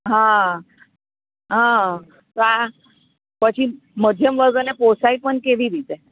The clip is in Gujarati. હા હા તો આ પછી મધ્યમ વર્ગને પોસાય પણ કેવી રીતે